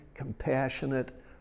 compassionate